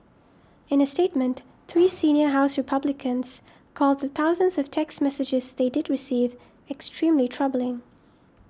in a statement three senior House Republicans called the thousands of text messages they did receive extremely troubling